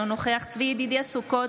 אינו נוכח צבי ידידיה סוכות,